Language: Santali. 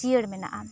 ᱡᱤᱭᱟᱹᱲ ᱢᱮᱱᱟᱜᱼᱟ